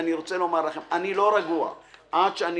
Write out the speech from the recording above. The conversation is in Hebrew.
אני רוצה לומר לכם: אני לא רגוע עד שאני